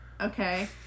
Okay